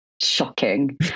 shocking